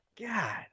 God